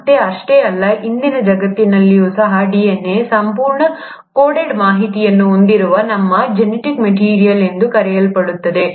ಮತ್ತು ಅಷ್ಟೇ ಅಲ್ಲ ಇಂದಿನ ಜಗತ್ತಿನಲ್ಲಿಯೂ ಸಹ DNA ಸಂಪೂರ್ಣ ಕೋಡೆಡ್ ಮಾಹಿತಿಯನ್ನು ಹೊಂದಿರುವ ನಮ್ಮ ಜೆನೆಟಿಕ್ ಮೆಟೀರಿಯಲ್ ಎಂದು ಕರೆಯಲ್ಪಡುತ್ತದೆ